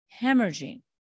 hemorrhaging